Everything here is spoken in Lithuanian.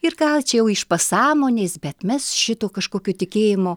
ir gal čia jau iš pasąmonės bet mes šito kažkokio tikėjimo